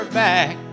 back